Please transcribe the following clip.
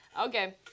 okay